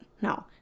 No